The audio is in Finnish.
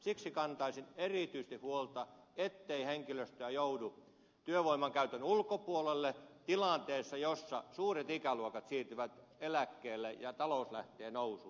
siksi kantaisin erityisesti huolta ettei henkilöstöä joudu työvoiman käytön ulkopuolelle tilanteessa jossa suuret ikäluokat siirtyvät eläkkeelle ja talous lähtee nousuun